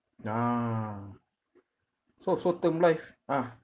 ah so so term life ah